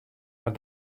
mar